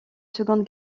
seconde